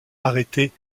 arrêtées